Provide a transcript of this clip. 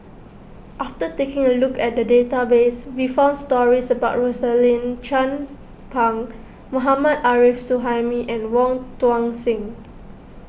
after taking a look at the database we found stories about Rosaline Chan Pang Mohammad Arif Suhaimi and Wong Tuang Seng